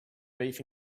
beef